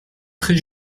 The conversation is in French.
très